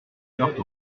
heurtent